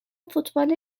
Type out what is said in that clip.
فوتبال